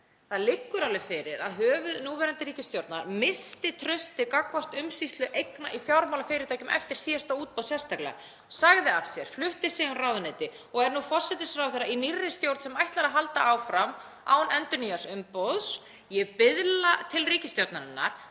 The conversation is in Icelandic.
Það liggur alveg fyrir að höfuð núverandi ríkisstjórnar missti traustið gagnvart umsýslu eigna í fjármálafyrirtækjum eftir síðasta útboð sérstaklega, sagði af sér, flutti sig um ráðuneyti og er nú forsætisráðherra í nýrri stjórn sem ætlar að halda áfram án endurnýjaðs umboðs. Ég biðla til ríkisstjórnarinnar